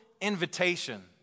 invitation